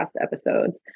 episodes